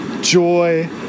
Joy